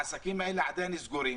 העסקים האלה עדיין סגורים